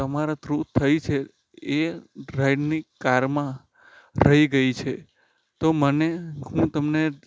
તમારા થ્રુ થઈ છે એ ડ્રાઇવની કારમાં રહી ગઈ છે તો મને હું તમને